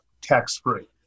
tax-free